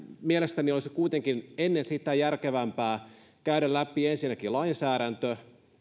mielestäni olisi kuitenkin ennen sitä järkevämpää käydä läpi ensinnäkin lainsäädäntö